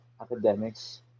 academics